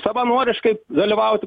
savanoriškai dalyvauti